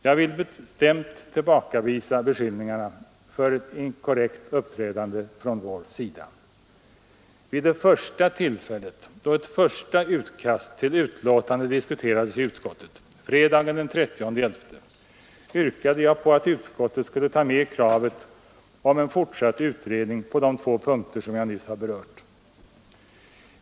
Jag vill bestämt tillbakavisa beskyllningarna för ett inkorrekt uppträdande från vår sida. Vid det första tillfället, då ett första utkast till betänkande diskuterades i utskottet — fredagen den 30 november — yrkade jag på att utskottet skulle ta med kravet på en fortsatt utredning på de två punkter som jag nyss har berört.